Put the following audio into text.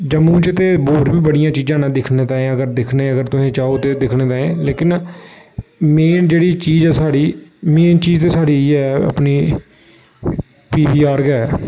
जम्मू च ते होर बड़ियां चीजां न दिक्खने ताईं अगर दिक्खने ई अगर तुस चाहो दिक्खने ताईं लेकिन मेन जेह्ड़ी चीज ऐ साढ़ी मेन चीज ते साढ़ी इ'यै ऐ साढ़ी पी वी आर गै